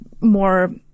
more